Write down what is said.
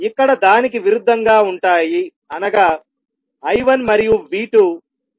ఇక్కడ దానికి విరుద్ధంగా ఉంటాయి అనగా I1 మరియు V2 డిపెండెంట్ వేరియబుల్స్ గా ఉంటాయి